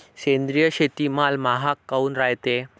सेंद्रिय शेतीमाल महाग काऊन रायते?